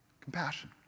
Compassion